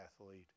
athlete